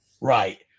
right